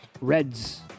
Reds